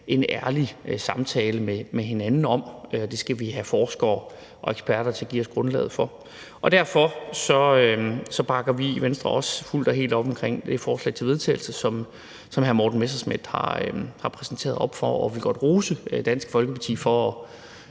en ærlig samtale med hinanden om, og det skal vi have forskere og eksperter til at give os grundlaget for. Derfor bakker vi i Venstre fuldt og helt op om det forslag til vedtagelse, som hr. Morten Messerschmidt har præsenteret, og jeg vil godt rose Dansk Folkeparti for at